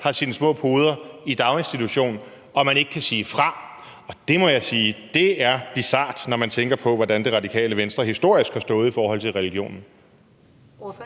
har sine små poder i daginstitution og ikke kan sige fra. Og det må jeg sige er bizart, når man tænker på, hvordan Det Radikale Venstre historisk har stået i forhold til religionen. Kl.